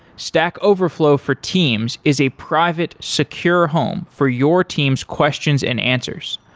stack overflow for teams is a private secure home for your team's questions and answers.